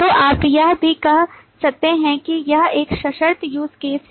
तो आप यह भी कह सकते हैं कि यह एक सशर्त use case है